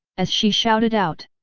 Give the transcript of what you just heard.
as she shouted out.